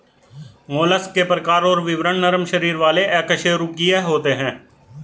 mollusc के प्रकार और विवरण नरम शरीर वाले अकशेरूकीय होते हैं